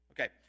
Okay